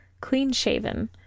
Clean-shaven